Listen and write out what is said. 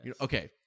Okay